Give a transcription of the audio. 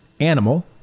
animal